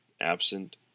absent